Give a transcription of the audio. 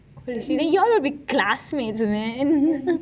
like you all will be classmates man